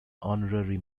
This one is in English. honorary